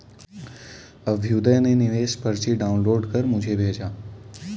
अभ्युदय ने निवेश पर्ची डाउनलोड कर मुझें भेजा